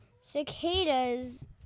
cicadas